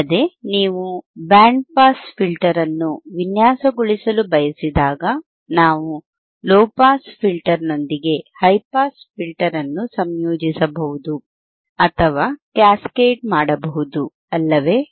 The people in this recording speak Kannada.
ಅಲ್ಲದೆ ನೀವು ಬ್ಯಾಂಡ್ ಪಾಸ್ ಫಿಲ್ಟರ್ ಅನ್ನು ವಿನ್ಯಾಸಗೊಳಿಸಲು ಬಯಸಿದಾಗ ನಾವು ಲೊ ಪಾಸ್ ಫಿಲ್ಟರ್ನೊಂದಿಗೆ ಹೈ ಪಾಸ್ ಫಿಲ್ಟರ್ ಅನ್ನು ಸಂಯೋಜಿಸಬಹುದು ಅಥವಾ ಕ್ಯಾಸ್ಕೇಡ್ ಮಾಡಬಹುದು ಅಲ್ಲವೇ